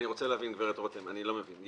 אני רוצה להבין, גב' רותם, אני לא מבין.